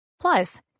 Plus